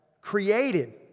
created